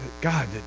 God